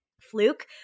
fluke